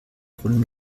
brunnen